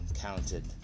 counted